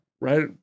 Right